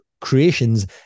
creations